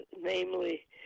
namely